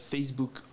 Facebook